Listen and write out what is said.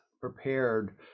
prepared